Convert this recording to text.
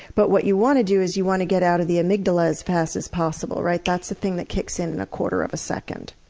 but what you want to do is you want to get out of the amygdala as fast as possible, right, that's the thing that kicks in within and a quarter of a second.